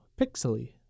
pixely